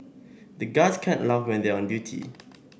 the guards can't laugh when they are on duty